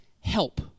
help